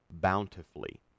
bountifully